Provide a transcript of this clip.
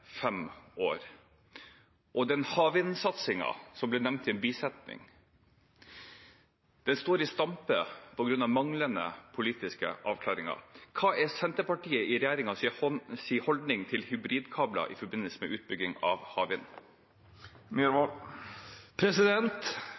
fem år. Og havvindsatsingen, som ble nevnt i en bisetning, står i stampe på grunn av manglende politiske avklaringer. Hva er Senterpartiet i regjerings holdning til hybridkabler i forbindelse med utbygging av havvind?